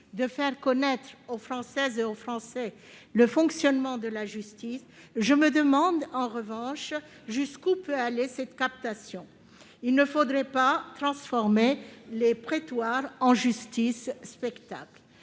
de faire connaître aux Françaises et aux Français le fonctionnement de la justice, je me demande en revanche jusqu'où peut aller cette captation. Il ne faudrait pas transformer les prétoires en justice spectacle.